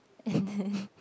and then